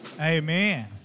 Amen